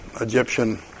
Egyptian